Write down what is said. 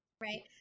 Right